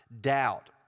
doubt